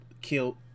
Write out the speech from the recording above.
killed